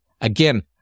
Again